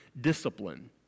discipline